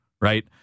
right